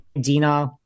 Dina